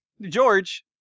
George